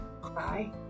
cry